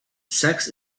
sex